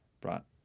brought